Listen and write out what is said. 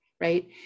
Right